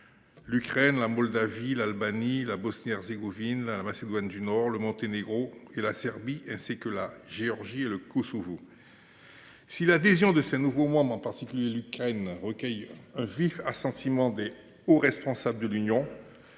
l’Ukraine, la Moldavie, l’Albanie, la Bosnie-Herzégovine, la Macédoine du Nord, le Monténégro, la Serbie, ainsi que la Géorgie et le Kosovo. Si l’adhésion de ces nouveaux membres, en particulier celle de l’Ukraine, recueille le vif assentiment des hauts responsables de l’Union